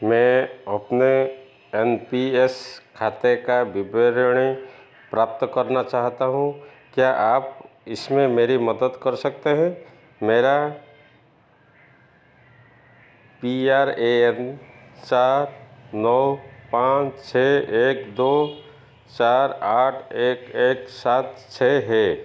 मैं अपने N P S खाते का विवरण प्राप्त करना चाहता हूँ क्या आप इसमें मेरी मदद कर सकते हैं मेरा पी आर ए एन चार नौ पाँच छः एक दो चार आठ एक एक सात छः है